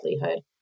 livelihood